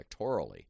electorally